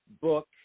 book